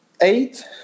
eight